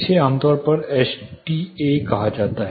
इसे आमतौर पर एसटीए कहा जाता है